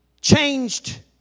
changed